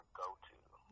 go-to